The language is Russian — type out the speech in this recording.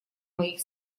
моих